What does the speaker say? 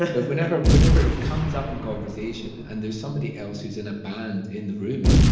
ah whenever whenever it comes up in conversation and there's somebody else who's in a band in the room,